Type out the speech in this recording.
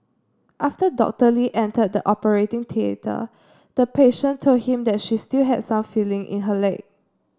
after Doctor Lee entered the operating theatre the patient told him that she still had some feeling in her leg